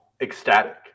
ecstatic